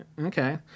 Okay